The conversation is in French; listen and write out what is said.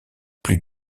plus